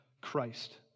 Christ